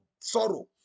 sorrow